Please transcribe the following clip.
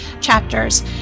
chapters